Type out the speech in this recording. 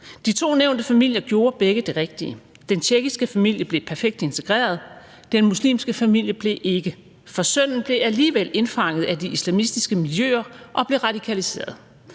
De to nævnte familier gjorde begge det rigtige. Den tjekkiske familie blev perfekt integreret; den muslimske familie blev ikke, for sønnen blev alligevel indfanget af de islamistiske miljøer og blev radikaliseret.